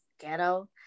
ghetto